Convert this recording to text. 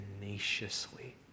tenaciously